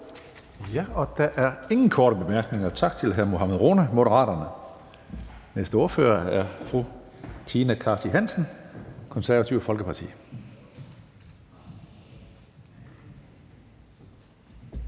Hønge): Der er ingen korte bemærkninger. Tak til Mohammad Rona, Moderaterne. Næste ordfører er fru Tina Cartey Hansen, Det Konservative Folkeparti.